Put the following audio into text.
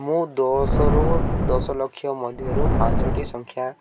ମୁଁ ଦଶରୁ ଦଶଲକ୍ଷ ମଧ୍ୟରୁ ପାଞ୍ଚଟି ସଂଖ୍ୟା